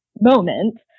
moment